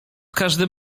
każdym